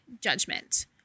judgment